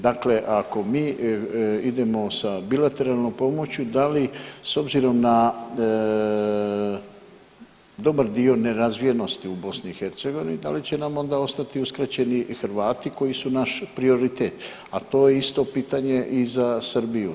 Dakle, ako mi idemo sa bilateralnom pomoću da li s obzirom na dobar dio nerazvijenosti u BiH da li će nam onda ostati uskraćeni i Hrvati koji su naš prioritet, a to je isto pitanje i za Srbiju.